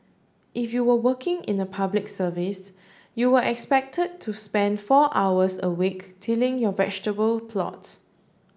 if you were working in the Public Service you were expected to spend four hours a week tilling your vegetable plots